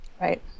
Right